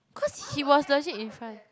cause he was legit in front